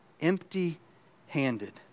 empty-handed